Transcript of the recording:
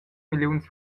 milliuns